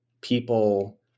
People